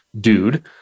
dude